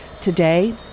Today